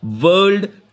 world